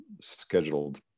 scheduled